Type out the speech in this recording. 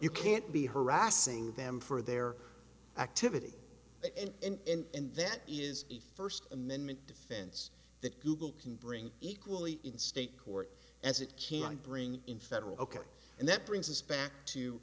you can't be harassing them for their activity and that is a first amendment defense that google can bring equally in state court as it can bring in federal ok and that brings us back to